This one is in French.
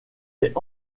est